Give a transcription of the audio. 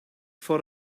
for